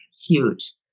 Huge